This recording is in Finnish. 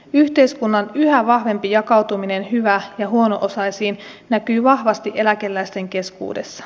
yhteiskunnan yhä vahvempi jakautuminen hyvä ja huono osaisiin näkyy vahvasti eläkeläisten keskuudessa